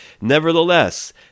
nevertheless